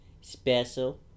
special